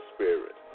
Spirit